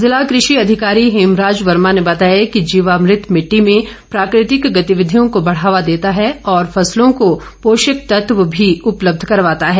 जिला कृषि अधिकारी हेमराज वर्मा ने बताया कि जीवामृत मिट्टी में प्राकृतिक गतिविधियों को बढ़ावा देता है और फसलों को पोषक तत्व भी उपलब्ध करवाता है